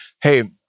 hey